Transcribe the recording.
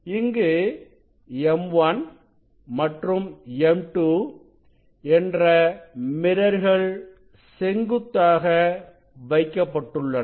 இங்கு M1 மற்றும் M2 என்ற மிரர்கள் செங்குத்தாக வைக்கப்பட்டுள்ளன